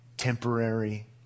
Temporary